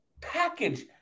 package